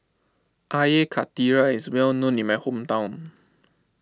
Air Karthira is well known in my hometown